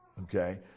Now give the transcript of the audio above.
okay